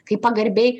kaip pagarbiai